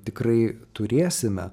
tikrai turėsime